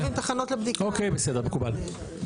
אוקיי, בסדר, מקובל.